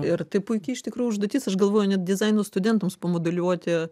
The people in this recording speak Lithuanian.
ir tai puiki iš tikrųjų užduotis aš galvoju net dizaino studentams pamodeliuoti